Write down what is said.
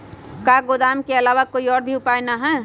का गोदाम के आलावा कोई और उपाय न ह?